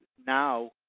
now